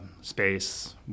space